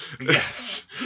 Yes